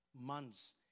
months